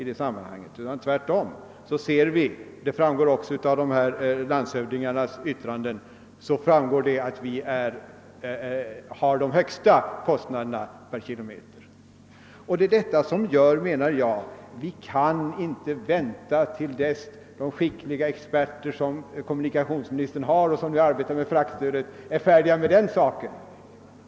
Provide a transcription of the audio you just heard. Det framgår tvärtom av de nämnda landshövdingarnas yttranden att vi har de högsta kost naderna per flygkilometer. Det är detta som är anledningen till att jag menar att vi inte kan vänta till dess att de skickliga experter som kommunikationsministern tillsatt för att arbeta med fraktstödet blir färdiga med denna uppgift.